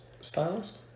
stylist